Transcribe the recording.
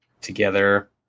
together